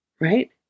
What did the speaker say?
right